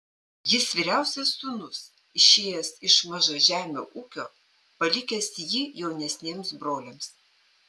jis vyriausias sūnus išėjęs iš mažažemio ūkio palikęs jį jaunesniems broliams